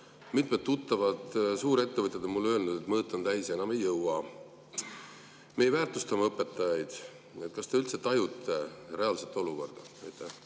Mitmed tuttavad suurettevõtjad on mulle öelnud, et mõõt on täis ja enam ei jõua. Me ei väärtusta oma õpetajaid. Kas te üldse tajute reaalset olukorda?